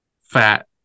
Fat